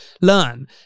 learn